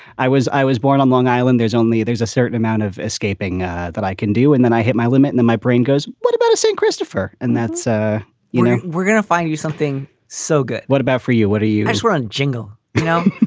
i was i was born on long island. there's only there's a certain amount of escaping that i can do and then i hit my limit and my brain goes, what about a st christopher? and that's ah you know, we're gonna find you something so good. what about for you? what are you. i swear on jingle. you know,